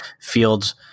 fields